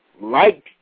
liked